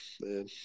man